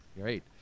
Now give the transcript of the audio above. Great